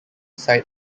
side